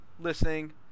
listening